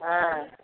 ஆ